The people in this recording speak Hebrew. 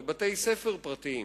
לבתי-ספר פרטיים.